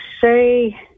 say